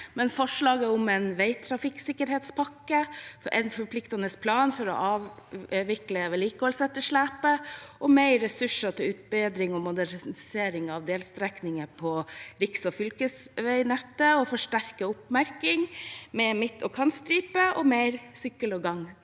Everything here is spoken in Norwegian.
forslagene om en veitrafikksikkerhetspakke, en forpliktende plan for å avvikle vedlikeholdsetterslepet, mer ressurser til utbedring og modernisering av delstrekninger på riksog fylkesveinettet, forsterket oppmerking med midt- og kantstripe og mer sykkel- og gangsti